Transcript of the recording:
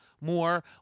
more